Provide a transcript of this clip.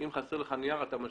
אם חסר לך נייר אתה משלים.